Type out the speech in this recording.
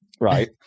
right